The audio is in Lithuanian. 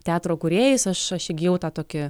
teatro kūrėjais aš aš įgijau tą tokį